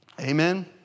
Amen